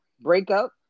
Breakup